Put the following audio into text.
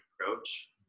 approach